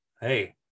Hey